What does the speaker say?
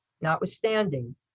Notwithstanding